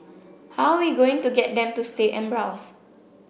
how we going to get them to stay and browse